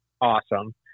awesome